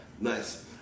nice